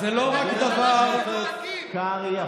זו ממשלה של מנותקים, קרעי,